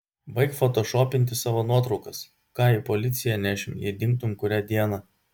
baik fotošopinti savo nuotraukas ką į policiją nešim jei dingtum kurią dieną